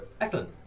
Excellent